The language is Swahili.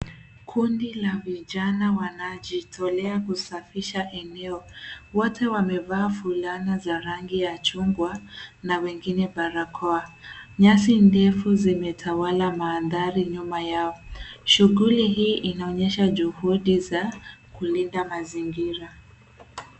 Kundi la vijana wanajitolea kusafisha eneo. Wote wamevaa fulana za rangi ya chugwa na wengine barakoa. Nyasi ndefu zimetawala maandhari nyuma yao, shughuli hii inaonyesha juhudi za kulinda mazingira.